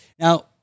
Now